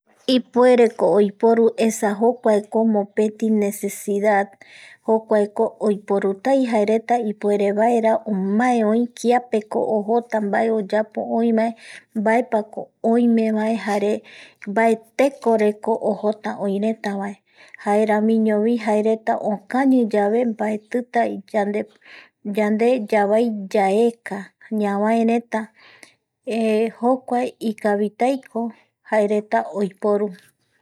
Ipuereko oiporu esa jokuako mopeti necesidad jokuaeko oiporutai jaereta ipuerevaera omae oï kiapeko ojota mbae oyapo oivae mbaepako oimevae mbae tekoreko ojota oireta vae jaeramiñovi jaereta okañi mbaetita yande yavai yaeka ñavaereta jokuae ikvitaikojaereta oipurureta